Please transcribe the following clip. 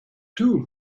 two